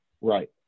right